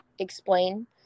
explain